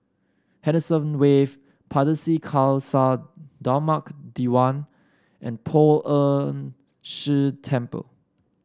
Henderson Wave Pardesi Khalsa Dharmak Diwan and Poh Ern Shih Temple